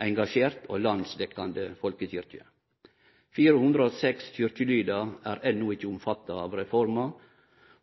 engasjert og landsdekkjande folkekyrkje. 406 kyrkjelydar er enno ikkje omfatta av reforma,